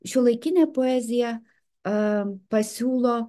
šiuolaikinė poezija a pasiūlo